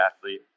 athlete